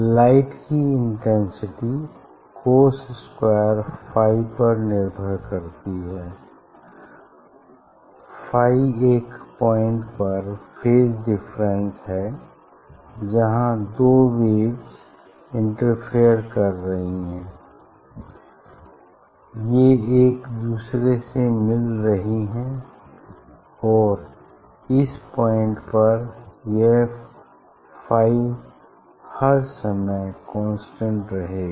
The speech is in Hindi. लाइट की इंटेंसिटी cos स्क्वायर फाई पर निर्भर करती है फाई एक पॉइंट पर फेज डिफरेंस है जहाँ दो वेव्स इंटरफेयर कर रही हैं ये एक दूसरे से मिल रही हैं और इस पॉइंट पर यह फाई हर समय कांस्टेंट रहेगा